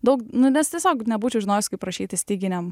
daug nu nes tiesiog nebūčiau žinojus kaip rašyti styginiam